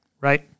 right